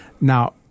Now